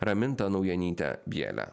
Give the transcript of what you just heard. raminta naujanyte bjele